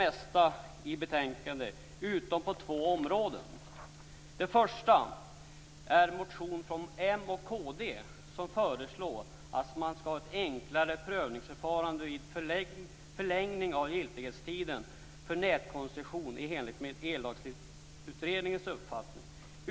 Det första området gäller en motion från m och kd, där man föreslår ett enklare prövningsförfarande vid förlängning av giltighetstiden för nätkoncession i enlighet med Ellagstiftningsutredningens uppfattning.